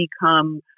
become